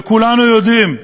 וכולנו יודעים שהמרגמות,